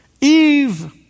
Eve